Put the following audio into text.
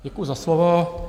Děkuju za slovo.